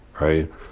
right